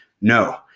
no